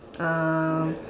uh